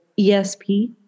ESP